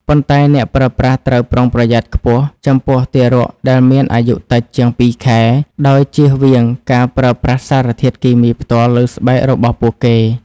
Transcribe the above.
ប៉ុន្តែអ្នកប្រើប្រាស់ត្រូវប្រុងប្រយ័ត្នខ្ពស់ចំពោះទារកដែលមានអាយុតិចជាងពីរខែ ដោយជៀសវាងការប្រើប្រាស់សារធាតុគីមីផ្ទាល់លើស្បែករបស់ពួកគេ។